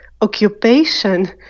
occupation